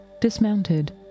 Dismounted